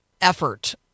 effort